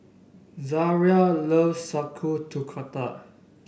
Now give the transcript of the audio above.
Zaria loves Sauerkraut